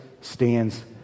stands